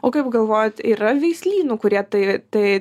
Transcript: o kaip galvojat yra veislynų kurie tai tai